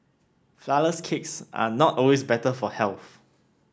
flourless cakes are not always better for health